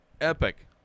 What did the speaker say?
epic